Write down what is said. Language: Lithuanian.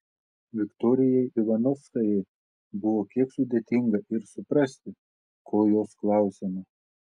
viktorijai ivanovskajai buvo kiek sudėtinga ir suprasti ko jos klausiama